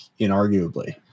inarguably